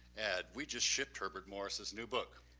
and we just shipped herbert morrison's new book,